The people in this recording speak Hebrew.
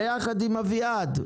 ביחד עם אביעד,